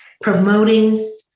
promoting